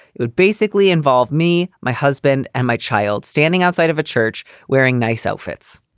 it would basically involve me, my husband and my child standing outside of a church wearing nice outfits.